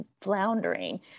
floundering